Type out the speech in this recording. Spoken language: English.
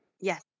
Yes